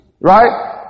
Right